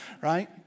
right